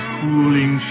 cooling